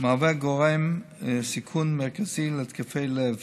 ומהווה גורם סיכון מרכזי להתקפי לב.